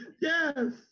Yes